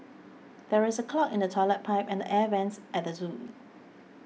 there is a clog in the Toilet Pipe and Air Vents at the zoo